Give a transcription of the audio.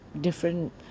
different